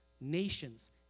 nations